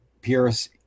Pierce